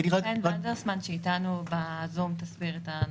חן וונדרסמן שאתנו בזום תסביר את הנושא.